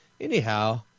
Anyhow